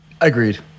Agreed